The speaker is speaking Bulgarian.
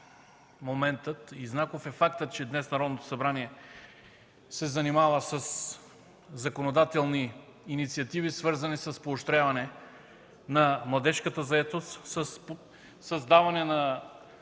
моментът и знаков е фактът, че днес Народното събрание се занимава със законодателни инициативи, свързани с поощряване на младежката заетост, създаване на